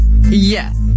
yes